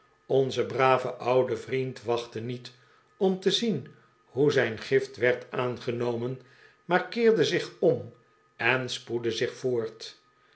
onze brave oude vriend wachtte niet om te zien hoe zijn gift werd aangenomen maar keerde zich om en spoedde zich voort